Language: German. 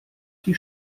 die